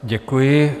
Děkuji.